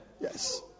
Yes